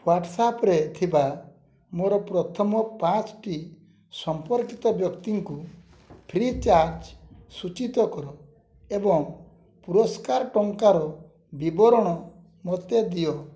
ହ୍ଵାଟ୍ସାପରେ ଥିବା ମୋର ପ୍ରଥମ ପାଞ୍ଚଟି ସମ୍ପର୍କିତ ବ୍ୟକ୍ତିଙ୍କୁ ଫ୍ରି ଚାର୍ଜ୍ ସୂଚିତ କର ଏବଂ ପୁରସ୍କାର ଟଙ୍କାର ବିବରଣ ମୋତେ ଦିଅ